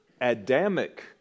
Adamic